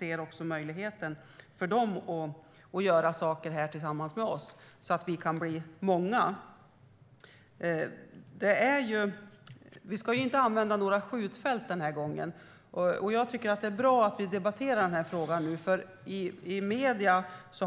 De ser möjligheten att göra saker här, tillsammans med oss, så att vi kan bli många. Vi ska ju inte använda några skjutfält den här gången, och jag tycker att det är bra att vi debatterar frågan nu. Jag